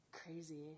crazy